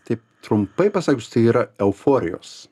taip trumpai pasakius tai yra euforijos